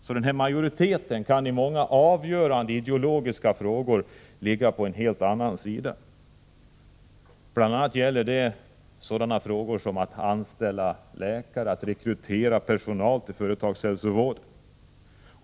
Så majoriteten kan i många avgörande ideologiska frågor ligga på en helt annan sida än hos de anställda. Det gäller bl.a. sådana frågor som att rekrytera läkare och annan personal till företagshälsovården.